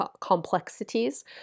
complexities